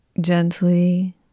gently